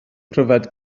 pryfed